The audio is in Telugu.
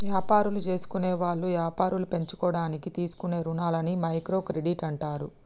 యాపారాలు జేసుకునేవాళ్ళు యాపారాలు పెంచుకోడానికి తీసుకునే రుణాలని మైక్రో క్రెడిట్ అంటారు